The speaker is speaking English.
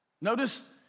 Notice